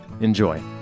Enjoy